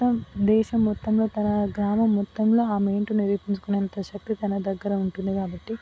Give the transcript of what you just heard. మొత్తం దేశం మొత్తంలో తన గ్రామం మొత్తంలో ఆమేంటో నిరూపించుకునే అంత శక్తి తన దగ్గర ఉంటుంది కాబట్టి